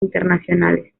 internacionales